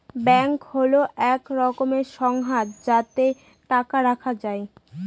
bank হল এক রকমের সংস্থা যাতে টাকা রাখা যায়